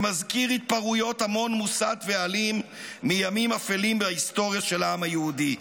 שמזכיר התפרעויות המון מוסת ואלים מימים אפלים בהיסטוריה של העם היהודי.